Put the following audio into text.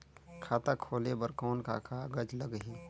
खाता खोले बर कौन का कागज लगही?